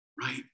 right